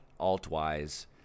Altwise